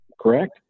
Correct